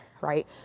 right